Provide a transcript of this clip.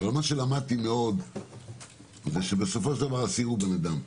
מה שלמדתי מאוד זה שבסופו של דבר אסיר הוא בן אדם.